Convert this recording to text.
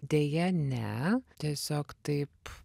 deja ne tiesiog taip